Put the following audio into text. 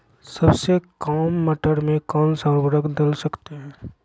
सबसे काम मटर में कौन सा ऊर्वरक दल सकते हैं?